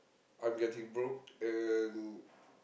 I'm getting broke and